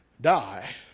die